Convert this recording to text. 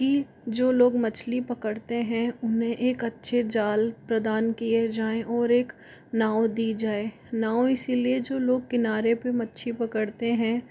कि जो लोग मछली पकड़ते हैं उन्हें एक अच्छे जाल प्रदान किये जाए और एक नाव दी जाए नाव इसलिए जो लोग किनारे पर मच्छी पकड़ते हैं